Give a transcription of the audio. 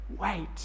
wait